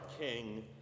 King